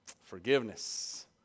Forgiveness